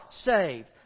saved